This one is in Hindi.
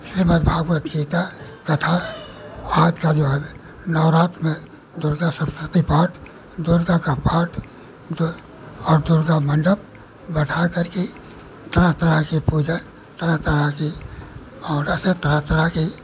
श्रीमद्भागवत गीता तथा आज का जो है नवरात्र में दुर्गा सप्तसती पाठ दुर्गा का पाठ दुर और दुर्गा मण्डप बैठा करके तरह तरह की पूजा तरह तरह की और ऐसे तरह तरह की